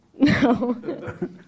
No